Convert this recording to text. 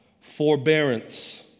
forbearance